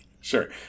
sure